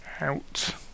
out